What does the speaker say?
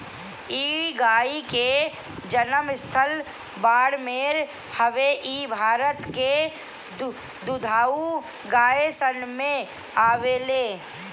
इ गाई के जनम स्थल बाड़मेर हवे इ भारत के दुधारू गाई सन में आवेले